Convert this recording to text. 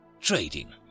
trading